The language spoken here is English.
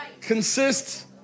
consists